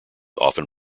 often